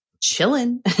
chilling